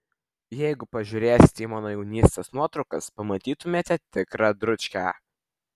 jeigu pažiūrėsite į mano jaunystės nuotraukas pamatytumėte tikrą dručkę